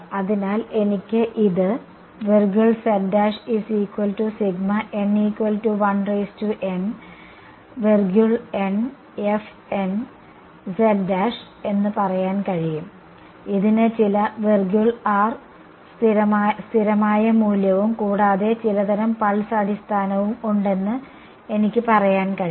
അതിനാൽ എനിക്ക് അത് പറയാൻ കഴിയും ഇതിന് ചില സ്ഥിരമായ മൂല്യവും കൂടാതെ ചിലതരം പൾസ് അടിസ്ഥാനവും ഉണ്ടെന്ന് എനിക്ക് പറയാൻ കഴിയും